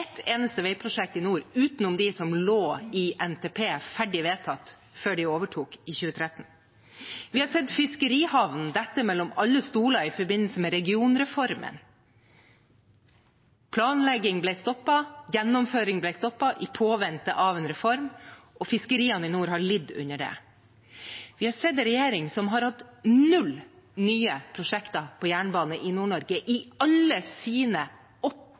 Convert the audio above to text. eneste veiprosjekt i nord, utenom dem som lå ferdig vedtatt i NTP før de overtok i 2013. Vi har sett fiskerihavnene dette mellom alle stoler i forbindelse med regionreformen. Planlegging ble stoppet, og gjennomføring ble stoppet, i påvente av en reform, og fiskeriene i nord har lidd under det. Vi har sett en regjering som har hatt null nye prosjekter på jernbane i Nord-Norge i alle